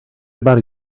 about